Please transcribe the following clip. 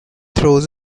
throws